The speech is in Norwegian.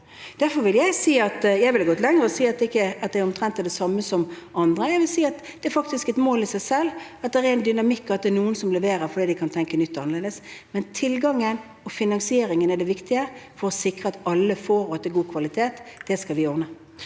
lenger og si at det ikke er omtrent det samme, jeg vil si at det faktisk er et mål i seg selv at det er en dynamikk, og at det er noen som leverer fordi de kan tenke nytt og annerledes. Men tilgangen og finansieringen er det viktige for å sikre at alle får, og at det er god kvalitet. Det skal vi ordne.